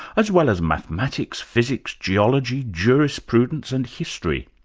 as well as mathematics, physics, geology, jurisprudence and history.